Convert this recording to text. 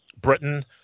britain